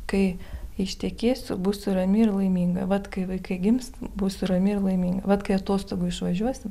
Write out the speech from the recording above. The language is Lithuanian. kai ištekėsiu būsiu rami ir laiminga vat kai vaikai gims būsiu rami ir laiminga atostogų išvažiuosim